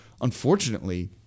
unfortunately